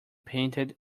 painted